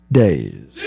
days